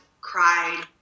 cried